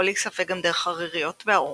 יכול להיספג גם דרך הריריות והעור.